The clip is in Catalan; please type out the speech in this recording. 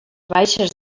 baixes